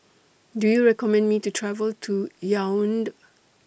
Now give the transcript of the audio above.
Do YOU recommend Me to travel to Yaounde